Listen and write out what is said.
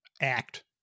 act